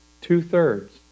Two-thirds